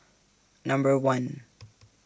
Number one